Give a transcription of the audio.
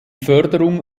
förderung